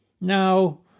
Now